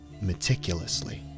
meticulously